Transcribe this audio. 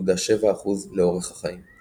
0.7% לאורך החיים.